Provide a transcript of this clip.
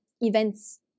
events